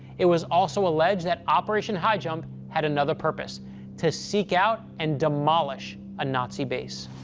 it was also alleged that operation highjump had another purpose to seek out and demolish a nazi base.